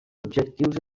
objectius